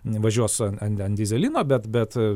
važiuos ant ant dyzelino bet bet